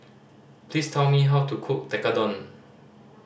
please tell me how to cook Tekkadon